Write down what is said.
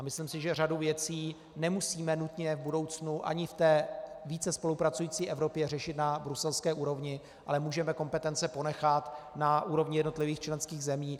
Myslím si, že řadu věcí nemusíme nutně v budoucnu ani ve více spolupracující Evropě řešit na bruselské úrovni, ale můžeme kompetence ponechat na úrovni jednotlivých členských zemí.